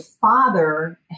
father